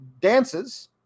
dances